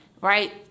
right